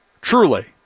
Truly